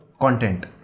content